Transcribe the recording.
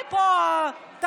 ועכשיו ברצינות.